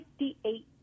58